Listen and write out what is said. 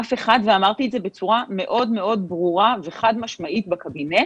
אף אחד ואמרתי את זה בצורה מאוד מאוד ברורה וחד-משמעית בקבינט